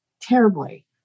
terribly